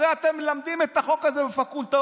הרי אתם מלמדים את החוק הזה בפקולטות,